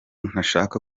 ntabasha